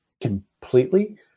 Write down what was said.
completely